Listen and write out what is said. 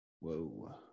whoa